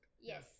Yes